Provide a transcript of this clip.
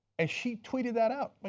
and she tweeted that out. but